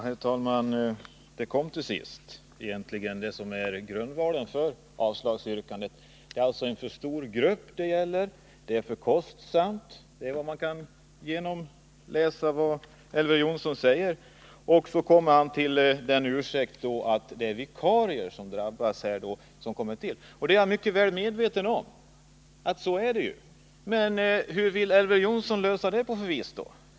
Herr talman! Det kom till sist, det som egentligen är grundvalen för avslagsyrkandet. Det gäller en för stor grupp och det är för kostsamt — det är vad man kan utläsa av det Elver Jonsson säger. Sedan kommer han med ursäkten att det är vikarier som drabbas. Jag är mycket väl medveten om att det är så. Men hur vill Elver Jonsson lösa problemet?